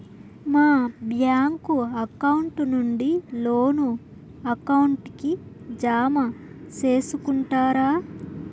మా bank account నుండి loan account కి జామ సేసుకుంటారా?